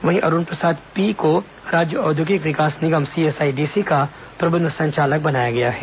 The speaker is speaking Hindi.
वहीं अरूण प्रसाद पी को राज्य औद्योगिक विकास निगम सीएसआईडीसी का प्रबंध संचालक बनाया गया है